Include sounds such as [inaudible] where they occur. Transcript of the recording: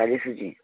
[unintelligible]